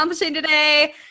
Today